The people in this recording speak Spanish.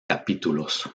capítulos